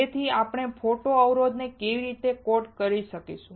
તેથી આપણે ફોટો અવરોધ ને કેવી રીતે કોટ કરી શકીએ